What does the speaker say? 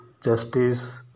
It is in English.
justice